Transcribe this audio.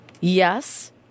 Yes